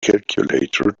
calculator